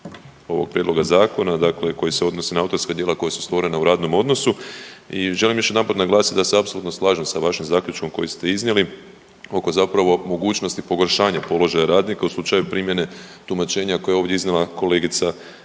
ovog prijedloga zakona, dakle koji se odnosi na autorska djela koja su stvorena u radnom odnosu i želim još jedanput naglasiti da se apsolutno slažem sa vašim zaključkom koji ste iznijeli oko zapravo mogućnosti pogoršanja položaja radnika u slučaju primjene tumačenja koje je ovdje iznijela kolegica